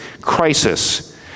crisis